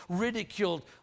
ridiculed